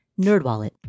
NerdWallet